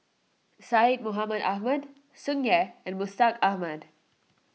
Syed Mohamed Ahmed Tsung Yeh and Mustaq Ahmad